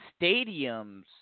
stadiums